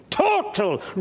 Total